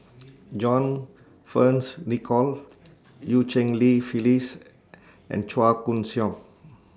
John Fearns Nicoll EU Cheng Li Phyllis and Chua Koon Siong